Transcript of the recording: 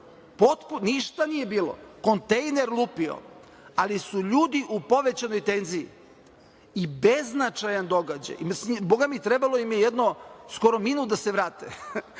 Ništa nije bilo, kontejner lupio, ali su ljudi u povećanoj tenziji i beznačajan događaj. Boga mi, trebao im je jedno skoro minut da se vrate,